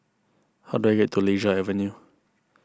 how do I get to Lasia Avenue